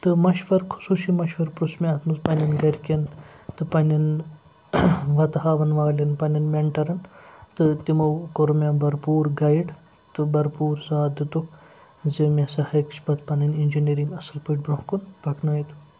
تہٕ مَشوَر خصوٗصی مَشوَر پروٚژھ مےٚ اَتھ منٛز پَنٛنٮ۪ن گَرِکٮ۪ن تہٕ پنٛنٮ۪ن وَتہٕ ہاوَن والٮ۪ن پنٛنٮ۪ن مٮ۪نٛٹَرَن تہٕ تِمو کوٚر مےٚ بَرپوٗر گایڈ تہٕ بَرپوٗر سات دِتُکھ زِ مےٚ سا ہیٚچھ پَتہٕ پَنٕنۍ اِنجینٔرِنٛگ اَصٕل پٲٹھۍ برٛۄنٛہہ کُن پَکنٲیِتھ